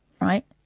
right